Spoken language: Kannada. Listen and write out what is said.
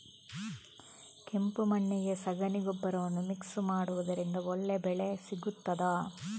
ಕೆಂಪು ಮಣ್ಣಿಗೆ ಸಗಣಿ ಗೊಬ್ಬರವನ್ನು ಮಿಕ್ಸ್ ಮಾಡುವುದರಿಂದ ಒಳ್ಳೆ ಬೆಳೆ ಸಿಗುತ್ತದಾ?